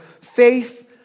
faith